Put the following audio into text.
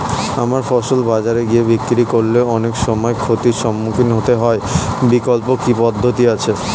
আমার ফসল বাজারে গিয়ে বিক্রি করলে অনেক সময় ক্ষতির সম্মুখীন হতে হয় বিকল্প কি পদ্ধতি আছে?